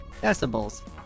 decibels